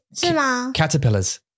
caterpillars